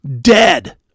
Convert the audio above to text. Dead